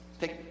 take